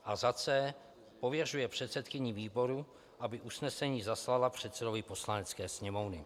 c) pověřuje předsedkyni výboru, aby usnesení zaslala předsedovi Poslanecké sněmovny.